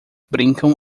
brincam